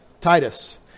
titus